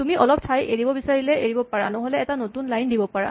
তুমি অলপ ঠাই এৰিব বিচাৰিব পাৰা নহ'লে এটা নতুন লাইন দিব পাৰা